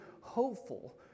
hopeful